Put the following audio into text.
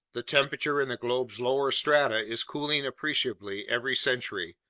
the temperature in the globe's lower strata is cooling appreciably every century,